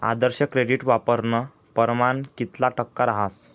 आदर्श credit वापरानं परमाण कितला टक्का रहास